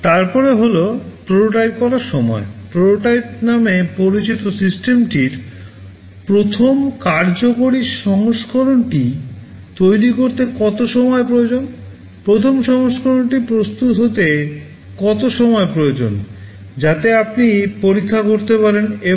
তারপরে হল প্রোটোটাইপ করার সময়